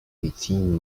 within